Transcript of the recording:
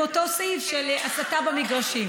באותו סעיף של הסתה במגרשים.